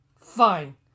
Fine